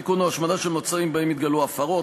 תיקון או השמדה של מוצרים שבהם התגלו הפרות.